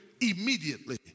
immediately